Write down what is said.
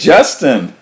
Justin